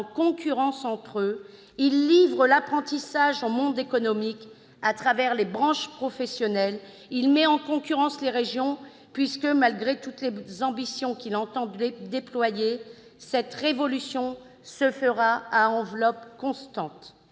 concurrence entre eux, il livre l'apprentissage au monde économique à travers les branches professionnelles, enfin il met en concurrence les régions, puisque, malgré toutes les ambitions qu'il entend déployer, cette révolution se fera à enveloppe constante.